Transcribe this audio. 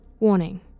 Warning